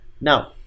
now